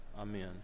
Amen